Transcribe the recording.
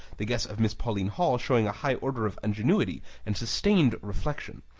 the guess of miss pauline hall showing a high order of ingenuity and sustained reflection.